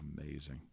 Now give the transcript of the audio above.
amazing